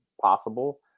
possible